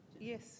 Yes